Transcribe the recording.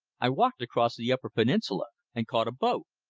i walked across the upper peninsula, and caught a boat,